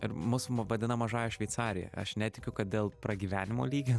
ir mus vadina mažąja šveicarija aš netikiu kad dėl pragyvenimo lygio